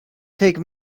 take